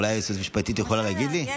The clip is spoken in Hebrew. אולי היועצת המשפטית יכולה להגיד לי?